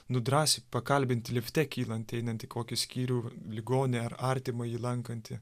nu drąsiai pakalbint lifte kylantį einantį į kokį skyrių ligonį ar artimąjį lankantį